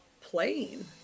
playing